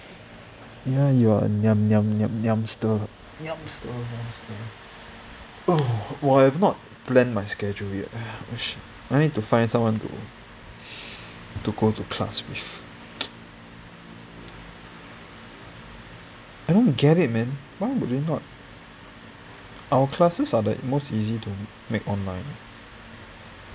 ya you are a niam niam niam niamster niamster niamster !wah! I've not planned my schedule yet eh I need to find someone to to go to class with I don't get it man why would they not our classes are that most easy to make online